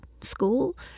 school